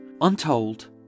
untold